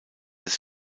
des